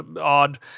odd